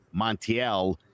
Montiel